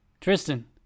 Tristan